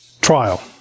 trial